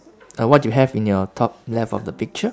uh what do you have in your top left of the picture